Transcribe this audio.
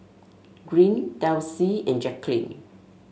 Green Delcie and Jaquelin